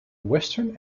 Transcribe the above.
western